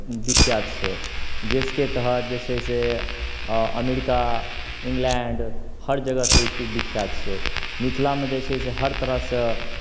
विख्यात छै जिसके तहत जे छै से अमेरिका इंग्लैंड हरजगहसँ ई विख्यात छै मिथिलामे जे छै से हर तरहसँ